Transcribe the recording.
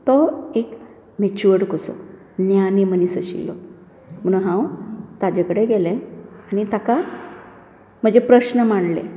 तो एक मेच्यूर्ड कसो ज्ञानी मनीस आशिल्लो म्हुणो हांव ताचे कडेन गेलें आनी ताका म्हजे प्रस्न मांडले